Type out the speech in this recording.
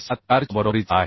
74 च्या बरोबरीचा आहे